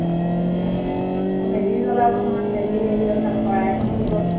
আকৌ মেজি জ্বলাব নহয় মেজি হেৰিয়ত আকৌ শৰাই এখনো দিব